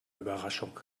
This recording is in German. überraschung